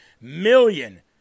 million